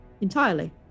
entirely